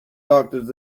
doctors